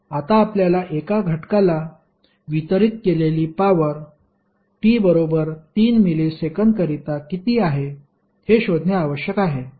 आता आपल्याला एका घटकाला वितरित केलेली पॉवर t बरोबर 3 मिलीसेकंद करिता किती आहे हे शोधणे आवश्यक आहे